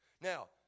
Now